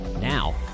now